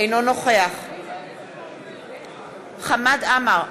אינו נוכח חמד עמאר,